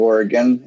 Oregon